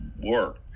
work